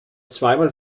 zweimal